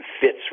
fits